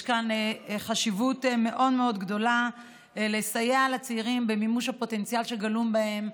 יש חשיבות מאוד גדולה לסייע לצעירים במימוש הפוטנציאל שגלום בהם,